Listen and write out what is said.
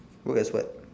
work as what